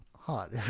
hot